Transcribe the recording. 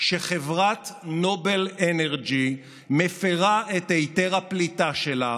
שחברת נובל אנרג'י מפירה את היתר הפליטה שלה,